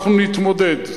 אנחנו נתמודד,